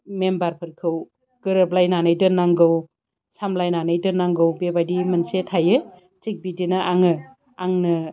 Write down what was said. मेम्बारफोरखौ गोरोबलायनानै दोननांगौ सामलायनानै दोननांगौ बेबायदि मोनसे थायो थिक बिदिनो आङो आंनो